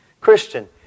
Christian